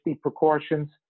precautions